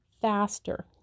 faster